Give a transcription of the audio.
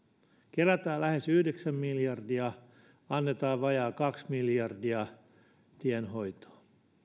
kerätään lähes yhdeksän miljardia annetaan vajaa kaksi miljardia tienhoitoon